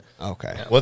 Okay